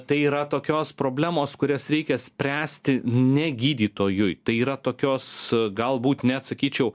tai yra tokios problemos kurias reikia spręsti ne gydytojui tai yra tokios galbūt net sakyčiau